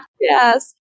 Yes